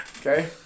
Okay